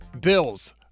Bills